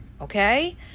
okay